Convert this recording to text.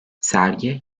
sergi